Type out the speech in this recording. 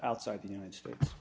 outside the united states